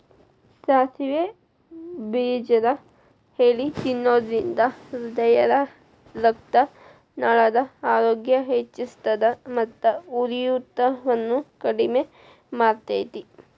ಸಾಸಿವೆ ಬೇಜದ ಎಲಿ ತಿನ್ನೋದ್ರಿಂದ ಹೃದಯರಕ್ತನಾಳದ ಆರೋಗ್ಯ ಹೆಚ್ಹಿಸ್ತದ ಮತ್ತ ಉರಿಯೂತವನ್ನು ಕಡಿಮಿ ಮಾಡ್ತೆತಿ